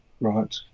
right